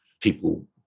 people